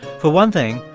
for one thing,